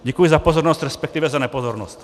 Děkuji za pozornost, resp. za nepozornost.